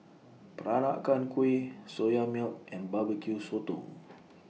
Peranakan Kueh Soya Milk and Barbecue Sotong